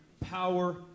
power